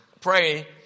pray